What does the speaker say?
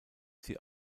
sie